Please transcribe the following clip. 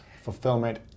fulfillment